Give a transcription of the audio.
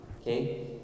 Okay